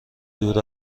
دور